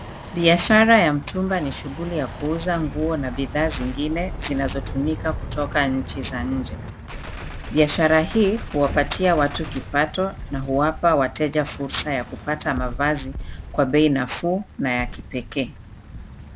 Biashara ya mtumba ni shughuli ya kuuza nguo na bidhaa zingine zinazotumika kutoka nchi za nje. Biashara hii huwapatia watu kipato na huwapa wateja fursa ya kupata mavazi kwa bei nafuu na ya kipekee.